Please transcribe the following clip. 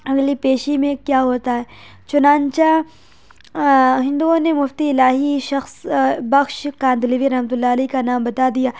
اگلی پیشی میں کیا ہوتا ہے چنانچہ ہندوؤں نے مفتی الہی شخص بخش کاندھلوی رحمت اللہ علیہ کا نام بتا دیا